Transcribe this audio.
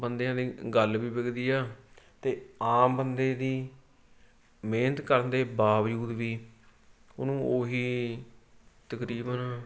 ਬੰਦਿਆਂ ਦੀ ਗੱਲ ਵੀ ਵਿਕਦੀ ਆ ਅਤੇ ਆਮ ਬੰਦੇ ਦੀ ਮਿਹਨਤ ਕਰਨ ਦੇ ਬਾਵਜੂਦ ਵੀ ਉਹਨੂੰ ਉਹੀ ਤਕਰੀਬਨ